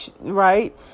right